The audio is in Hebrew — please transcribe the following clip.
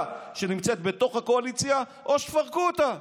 שנמצאת בתוך הקואליציה או שתפרקו אותה.